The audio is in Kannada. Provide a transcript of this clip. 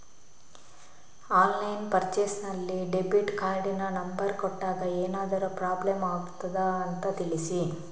ಆನ್ಲೈನ್ ಪರ್ಚೇಸ್ ನಲ್ಲಿ ಡೆಬಿಟ್ ಕಾರ್ಡಿನ ನಂಬರ್ ಕೊಟ್ಟಾಗ ಏನಾದರೂ ಪ್ರಾಬ್ಲಮ್ ಆಗುತ್ತದ ಅಂತ ತಿಳಿಸಿ?